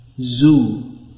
zoo